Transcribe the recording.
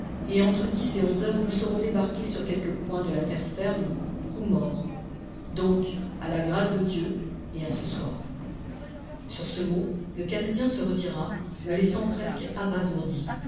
et entre dix et onze heures nous serons débarqués sur quelque point de la terre ferme ou morts donc à la grâce de dieu et à ce soir sur ce mot le canadien se retira me laissant presque abasourdi